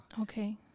Okay